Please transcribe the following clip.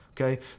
Okay